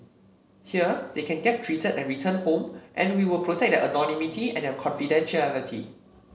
here they can get treated and return home and we will protect their anonymity and their confidentiality